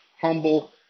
humble